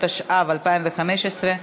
התשע"ה 2015,